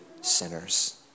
sinners